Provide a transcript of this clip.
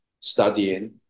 studying